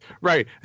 Right